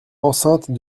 enceinte